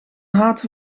haat